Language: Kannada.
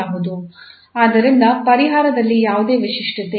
ಆದ್ದರಿಂದ ಪರಿಹಾರದಲ್ಲಿ ಯಾವುದೇ ವಿಶಿಷ್ಟತೆ ಇಲ್ಲ